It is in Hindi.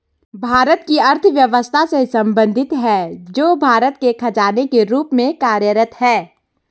भारत की अर्थव्यवस्था से संबंधित है, जो भारत के खजाने के रूप में कार्यरत है